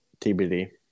TBD